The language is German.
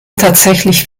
tatsächlich